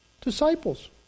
Disciples